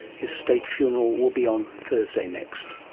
his state funeral will be on thursday next